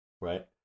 right